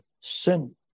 sin